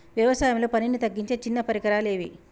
వ్యవసాయంలో పనిని తగ్గించే చిన్న పరికరాలు ఏవి?